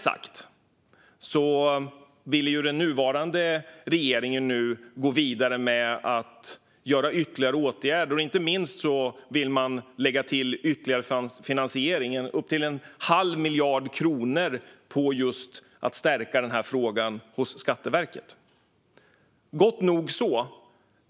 Nu vill den nuvarande regeringen gå vidare med ytterligare åtgärder. Inte minst vill man ge Skatteverket upp till en halv miljard mer för att stärka detta arbete. Gott så.